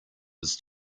was